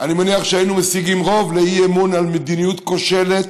אני מניח שהיינו משיגים רוב לאי-אמון על מדיניות כושלת